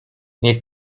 niech